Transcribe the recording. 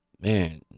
Man